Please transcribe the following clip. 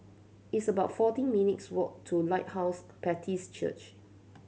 it's about fourteen minutes' walk to Lighthouse Baptist Church